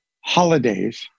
holidays